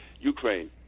Ukraine